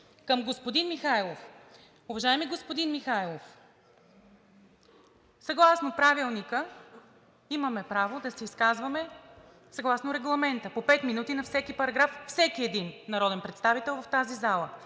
Към господин Михайлов. Уважаеми господин Михайлов, съгласно Правилника имаме право да се изказваме, съгласно регламента – по пет минути на всеки параграф, всеки един народен представител в тази зала.